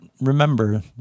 remember